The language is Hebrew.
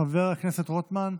חבר הכנסת שמחה רוטמן,